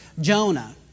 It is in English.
Jonah